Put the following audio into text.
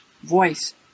voice